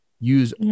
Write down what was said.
use